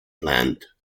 plant